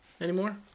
Anymore